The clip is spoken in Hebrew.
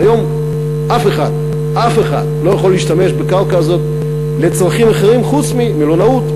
והיום אף אחד לא יכול להשתמש בקרקע הזאת לצרכים אחרים חוץ ממלונאות,